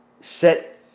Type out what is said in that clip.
set